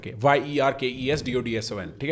Y-E-R-K-E-S-D-O-D-S-O-N